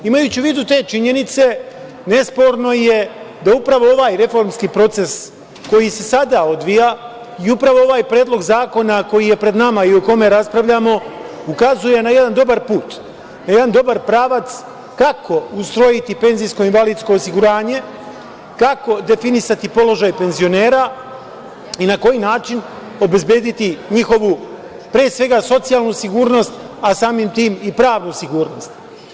Imajući u vidu te činjenice, nesporno je da upravo ovaj reformski proces koji se sada odvija i upravo ovaj predlog zakona koji je pred nama i o kome raspravljamo ukazuje na jedan dobar put, na jedan dobar pravac kako ustrojiti PIO, kako definisati položaj penzionera i na koji način obezbediti njihovu, pre svega socijalnu sigurnost, a samim tim i pravnu sigurnost.